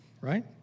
right